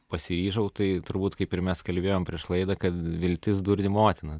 pasiryžau tai turbūt kaip ir mes kalbėjom prieš laidą kad viltis durnių motina